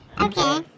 Okay